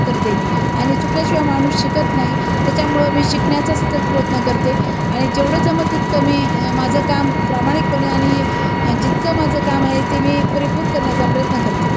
करते मी आणि चुकल्याशिवाय माणूस शिकत नाही त्याच्यामुळं मी शिकण्याचासुद्धा प्रयत्न करते आणि जेवढं जमेल तितकं मी माझं काम प्रामाणिकपणे आणि जितकं माझं काम आहे ते मी पुरेपूर करण्याचा प्रयत्न करते